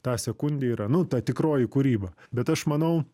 tą sekundę yra nu ta tikroji kūryba bet aš manau